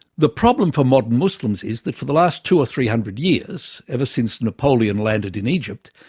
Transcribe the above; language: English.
the problem for modern muslims is, that for the last two or three hundred years, ever since napoleon landed in egypt,